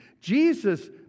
Jesus